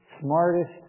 smartest